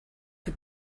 que